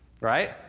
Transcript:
Right